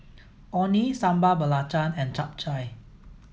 Orh Nee Sambal Belacan and Chap Chai